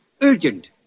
urgent